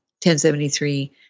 1073